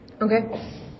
Okay